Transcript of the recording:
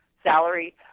salary